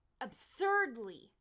absurdly